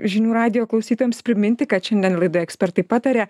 žinių radijo klausytojams priminti kad šiandien laidoje ekspertai pataria